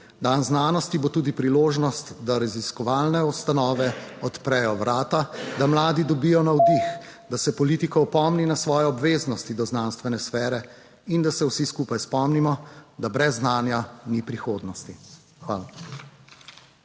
Dan znanosti bo tudi priložnost, da raziskovalne ustanove odprejo vrata, da mladi dobijo navdih, Da se politika opomni na svoje obveznosti do znanstvene sfere in da se vsi skupaj spomnimo, da brez znanja ni prihodnosti. Hvala.